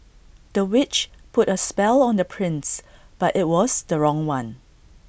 the witch put A spell on the prince but IT was the wrong one